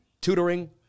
tutoring